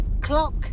Clock